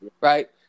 right